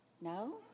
no